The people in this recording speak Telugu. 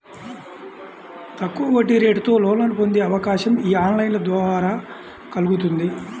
తక్కువ వడ్డీరేటుతో లోన్లను పొందే అవకాశం యీ ఆన్లైన్ లోన్ల ద్వారా కల్గుతుంది